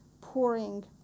pouring